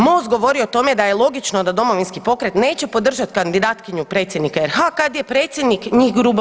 Most govori o tome da je logično da Domovinski pokret neće podržati kandidatkinju predsjednika RH, kad je predsjednik njih grubo